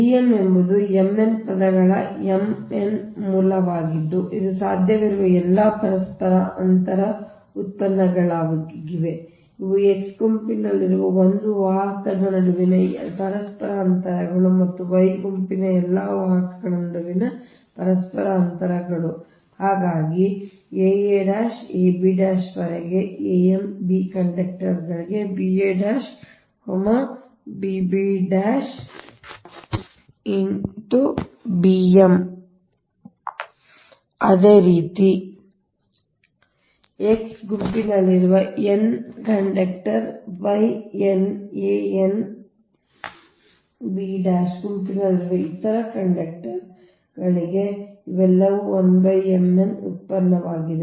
ಆದ್ದರಿಂದ D m ಎಂಬುದು m n ಪದಗಳ mn th ಮೂಲವಾಗಿದ್ದು ಇದು ಸಾಧ್ಯವಿರುವ ಎಲ್ಲಾ ಪರಸ್ಪರ ಅಂತರದ ಉತ್ಪನ್ನಗಳಾಗಿವೆ ಇದು X ಗುಂಪಿನಲ್ಲಿರುವ ಒಂದು ವಾಹಕದ ನಡುವಿನ ಎಲ್ಲಾ ಪರಸ್ಪರ ಅಂತರಗಳು ಮತ್ತು Y ಗುಂಪಿನ ಎಲ್ಲಾ ವಾಹಕಗಳ ನಡುವಿನ ಪರಸ್ಪರ ಅಂತರಗಳಾಗಿವೆ ಅದಕ್ಕಾಗಿಯೇ aa ab ವರೆಗೆ am b ಕಂಡಕ್ಟರ್ಗಳಿಗೆ ba bb bm ಅದೇ ರೀತಿ X ಗುಂಪಿನಲ್ಲಿರುವ n ನೇ ಕಂಡಕ್ಟರ್ಗೆ Y n a n b ಗುಂಪಿನಲ್ಲಿರುವ ಇತರ ಕಂಡಕ್ಟರ್ಗಳಿಗೆ ಇವೆಲ್ಲವೂ 1 m n ಉತ್ಪನ್ನವಾಗಿದೆ